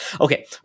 Okay